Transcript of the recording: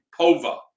POVA